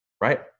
right